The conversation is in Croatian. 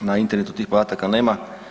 Na internetu tih podataka nema.